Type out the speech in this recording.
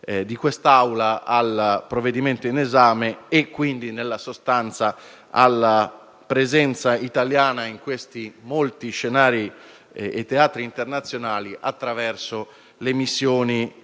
dell'Aula al provvedimento in esame, e quindi, nella sostanza, alla presenza italiana in molti teatri internazionali attraverso le missioni